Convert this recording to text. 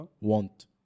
want